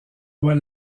doit